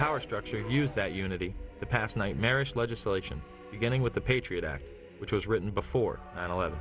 our structure use that unity the past nightmarish legislation beginning with the patriot act which was written before nine eleven